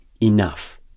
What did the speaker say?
enough